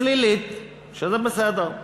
שלילית, שזה בסדר.